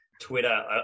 twitter